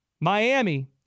Miami